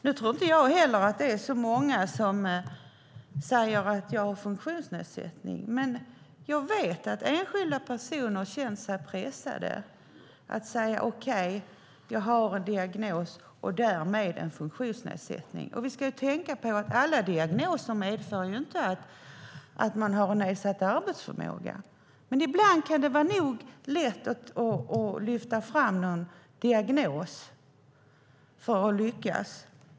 Nu tror inte jag heller att det är så många som säger: Jag har en funktionsnedsättning. Men jag vet att enskilda personer känner sig stressade till att säga: Okej, jag har en diagnos och därmed en funktionsnedsättning. Vi ska tänka på att alla diagnoser inte medför att man har en nedsatt arbetsförmåga, men ibland kan det vara lätt att lyfta fram någon diagnos för att lyckas.